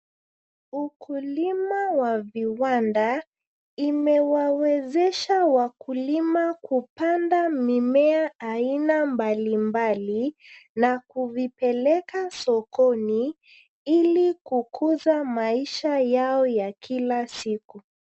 Ukulima wa viwanda imewawezesha wakulima kupanda mimea aina mbalimbali na kuvipeleka sokoni ili kukuza maisha yao ya kila siku.